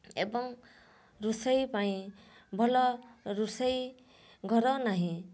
ଏବଂ ରୋଷେଇ ପାଇଁ ଭଲ ରୋଷେଇ ଘର ନାହିଁ